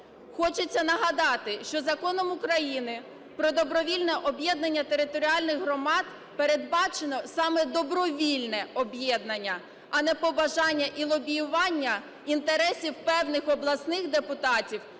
Хочеться нагадати, що Законом України "Про добровільне об'єднання територіальних громад" передбачено саме добровільне об'єднання, а не побажання і лобіювання інтересів певних обласних депутатів